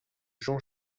jean